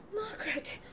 Margaret